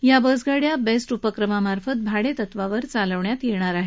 या बसगाड्या बेस्ट उपक्रमामार्फत भाडेतत्वावर चालवण्यात येणार आहेत